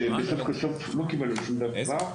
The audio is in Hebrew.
בסוף לא קיבלנו שום דבר.